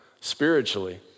spiritually